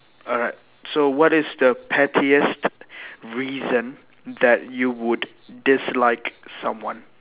alright so what is the pettiest reason that you would dislike someone